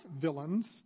villains